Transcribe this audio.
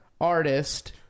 artist